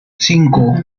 cinco